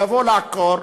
לבוא לעקור,